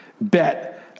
bet